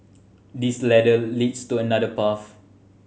this ladder leads to another path